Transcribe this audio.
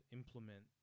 implement